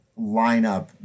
lineup